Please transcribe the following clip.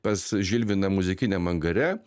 pas žilviną muzikiniam angare